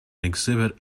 exhibit